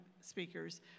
speakers